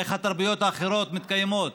איך התרבויות האחרות מתקיימות.